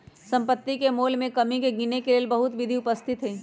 सम्पति के मोल में कमी के गिनेके लेल बहुते विधि उपस्थित हई